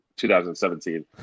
2017